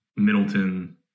Middleton